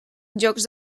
jocs